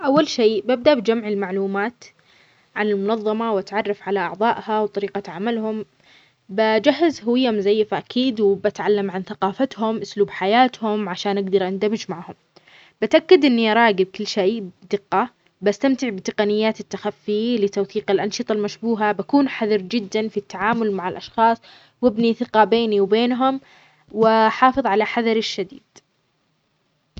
إذا كنت عميل سري بمهمة للتسلل إلى منظمة إجرامية، أول شيء بحاول أخفي هويتي تمامًا وأتظاهر بأني جزء منهم. بحاول أبني ثقتهم ببطء وأكون حذر في تصرفاتي